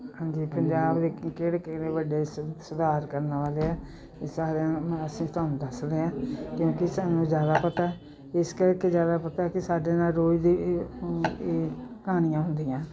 ਹਾਂਜੀ ਪੰਜਾਬ ਵਿੱ ਚਕਿਹੜੇ ਕਿਹੜੇ ਵੱਡੇ ਸੁ ਸੁਧਾਰ ਕਰਨ ਵਾਲੇ ਆ ਇਹ ਸਾਰਿਆਂ ਨੂੰ ਅਸੀਂ ਤੁਹਾਨੂੰ ਦੱਸ ਰਹੇ ਹਾਂ ਕਿਉਂਕਿ ਸਾਨੂੰ ਜ਼ਿਆਦਾ ਪਤਾ ਇਸ ਕਰਕੇ ਜ਼ਿਆਦਾ ਪਤਾ ਕਿ ਸਾਡੇ ਨਾਲ ਰੋਜ਼ ਦੀ ਕਹਾਣੀਆਂ ਹੁੰਦੀਆਂ